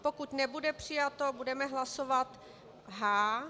Pokud nebude přijato, budeme hlasovat H.